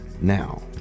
Now